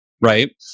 right